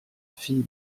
fille